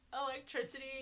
electricity